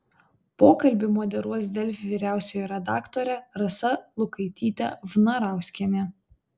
pokalbį moderuos delfi vyriausioji redaktorė rasa lukaitytė vnarauskienė